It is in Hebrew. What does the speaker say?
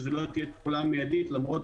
שזו לא תהיה תחולה מיידית למרות